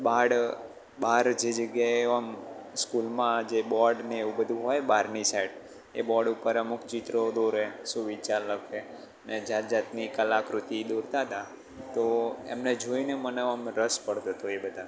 બાળ બાર જે જગ્યાએ ઓમ સ્કૂલમાં જે બોર્ડમાં ને એ બધું હોય બહારની સાઈડ એ બોર્ડ ઉપર અમુક ચિત્રો દોરે સુવિચાર લખે અને અને જાત જાતની કલાકૃતિ દોરતા હતા તો એમને જોઈને મને ઓમ રસ પડતો હતો એ બધામાં